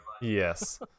Yes